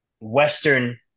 Western